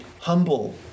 humble